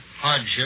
hardship